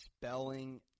spelling